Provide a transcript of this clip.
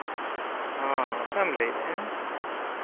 ᱦᱮᱸ ᱚᱠᱚᱭᱮᱢ ᱞᱟᱹᱭᱮᱫᱼᱟ